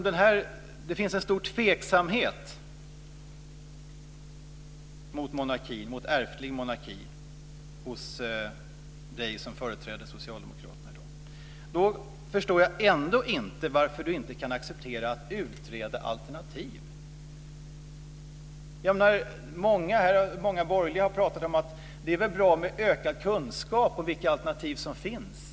Det finns en stor tveksamhet mot ärftlig monarki hos Göran Magnusson som företräder Socialdemokraterna i dag. Då förstår jag inte varför han inte kan acceptera att utreda alternativ. Många borgerliga företrädare har pratat om att det är bra med ökad kunskap om vilka alternativ som finns.